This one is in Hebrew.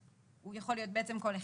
הוא יכול להיות בעצם כל אחד.